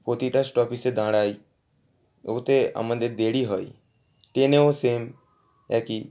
প্রতিটা স্টপেজে দাঁড়ায় এব ওতে আমাদের দেরি হয় ট্রেনেও সেম একই